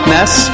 Ness